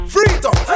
Freedom